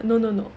no no no